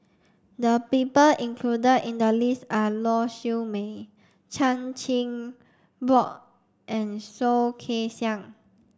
the people included in the list are Lau Siew Mei Chan Chin Bock and Soh Kay Siang